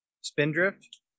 Spindrift